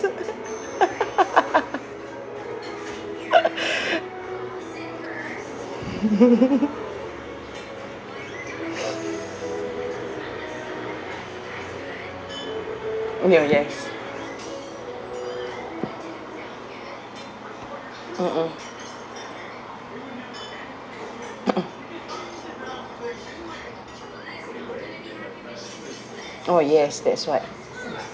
oh yes mmhmm oh yes that's what